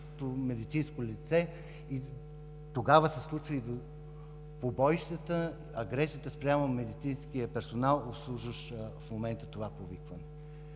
и тогава се стига да побоищата и агресията спрямо медицинския персонал, обслужващ в момента това повикване.